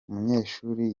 umunyeshuri